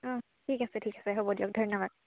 ঠিক আছে ঠিক আছে হ'ব দিয়ক ধন্যবাদ